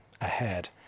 ahead